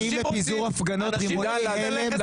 לא רימוני הלם.